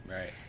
Right